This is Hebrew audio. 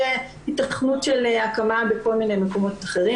היתכנות של הקמה בכל מיני מקומות אחרים,